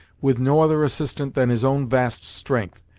with no other assistant than his own vast strength,